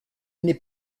n’est